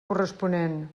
corresponent